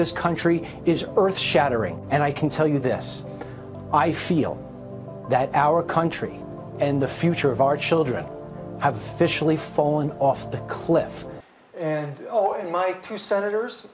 this country is earth shattering and i can tell you this i feel that our country and the future of our children have officially fallen off the cliff and my two senators